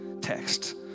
text